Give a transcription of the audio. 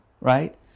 right